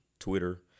Twitter